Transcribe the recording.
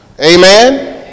Amen